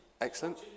Excellent